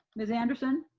miss anderson.